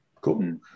Cool